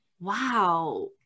Wow